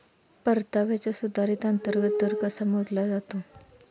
परताव्याचा सुधारित अंतर्गत दर कसा मोजला जातो?